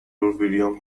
ویلیام